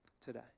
today